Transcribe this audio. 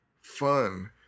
fun